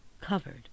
covered